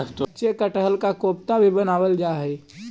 कच्चे कटहल का कोफ्ता भी बनावाल जा हई